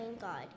God